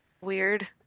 weird